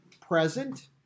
present